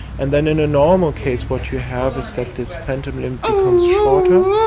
and then in a normal case what you have is that this phantom limb becomes shorter,